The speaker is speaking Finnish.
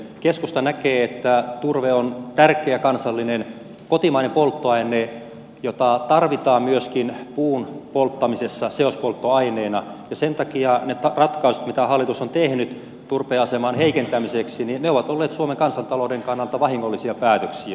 keskusta näkee että turve on tärkeä kansallinen kotimainen polttoaine jota tarvitaan myöskin puun polttamisessa seospolttoaineena ja sen takia ne ratkaisut mitä hallitus on tehnyt turpeen aseman heikentämiseksi ovat olleet suomen kansantalouden kannalta vahingollisia päätöksiä